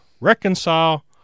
reconcile